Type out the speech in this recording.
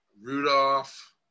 Rudolph